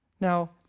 Now